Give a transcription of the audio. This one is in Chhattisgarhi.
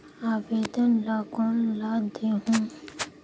आवेदन ला कोन ला देहुं?